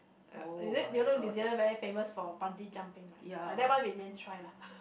uh is it you know New-Zealand very famous for bungee jumping right ah that one we didn't try lah